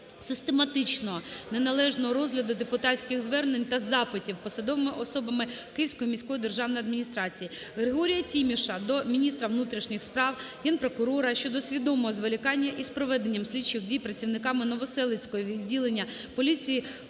систематичного неналежного розгляду депутатських звернень та запитів посадовими особами Київської міської державної адміністрації. Григорія Тіміша до міністра внутрішніх справ, Генпрокурора щодо свідомого зволікання із проведенням слідчих дій працівниками Новоселицького відділення поліції